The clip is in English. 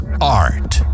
Art